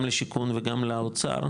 גם לשיכון וגם לאוצר,